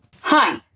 Hi